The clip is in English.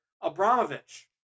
Abramovich